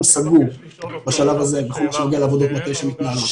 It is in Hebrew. סגור בשלב הזה בכל מה שנוגע לעבודות מטה שמתנהלות.